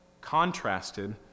contrasted